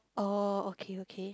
oh okay okay